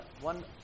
one